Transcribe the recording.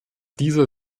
dieser